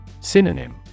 Synonym